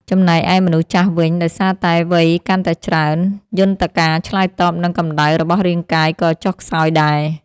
ចំណែកឯមនុស្សចាស់វិញ ដោយសារតែវ័យកាន់តែច្រើន យន្តការឆ្លើយតបនឹងកម្ដៅរបស់រាងកាយក៏ចុះខ្សោយដែរ។